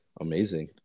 Amazing